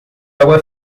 água